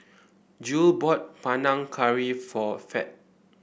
Jule bought Panang Curry for Fed